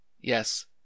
Yes